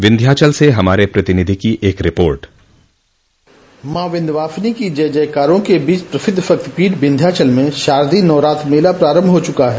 विन्ध्याचल से हमारे प्रतिनिधि की एक रिपोर्ट माँ विंध्यवासिनी की जय जयकारो के बीच प्रसिद्ध शक्तिपीठ विँध्याचल मे शारदीय नवरात्र मेला प्रारम्भ हो चुका है